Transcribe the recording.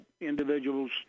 individuals